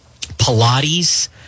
Pilates